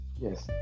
Yes